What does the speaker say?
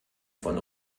von